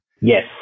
Yes